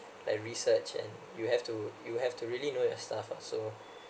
like research and you have to you have to really know your stuff ah so